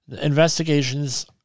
Investigations